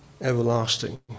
everlasting